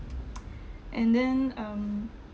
and then um